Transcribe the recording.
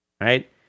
right